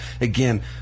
again